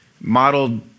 modeled